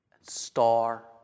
Star